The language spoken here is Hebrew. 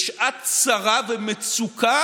בשעת צרה ומצוקה